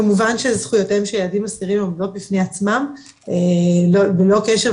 כמובן שזכויותיהם של ילדי אסירים הן עומדות בפני עצמן בלא קשר,